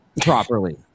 properly